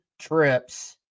trips